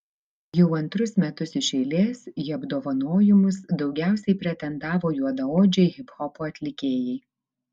jau antrus metus iš eilės į apdovanojimus daugiausiai pretendavo juodaodžiai hiphopo atlikėjai